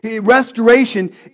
Restoration